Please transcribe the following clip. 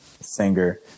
singer